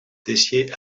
tessier